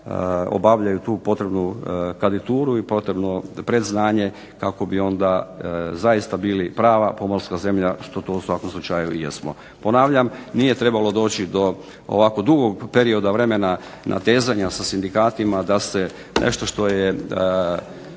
obavljaju tu potrebnu kadeturu i potrebno predznanje kako bi onda zaista bili prava pomorska zemlja što to u svakom slučaju i jesmo. Ponavljam, nije trebalo doći do ovako dugog perioda vremena natezanja sa sindikatima da se nešto što je